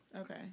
Okay